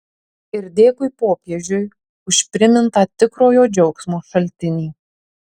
ir dėkui popiežiui už primintą tikrojo džiaugsmo šaltinį